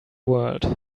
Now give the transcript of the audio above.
world